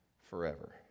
forever